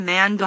Man